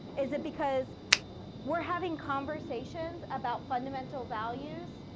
is it because we're having conversations about fundamental values,